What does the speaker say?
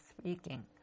speaking